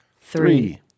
Three